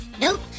Nope